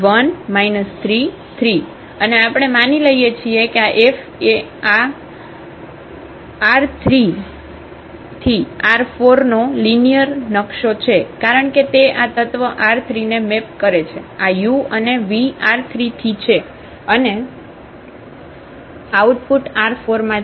અને આપણે માની લઈએ છીએ કે આ F આ R3R4 નો લિનિયર નકશો છે કારણ કે તે આ તત્વ R3 ને મેપ કરે છે આ u અને v R3 થી છે અને આઉટપુટ R4 માં છે